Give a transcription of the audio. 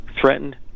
threatened